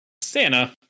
Santa